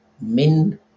min